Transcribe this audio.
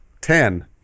Ten